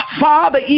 father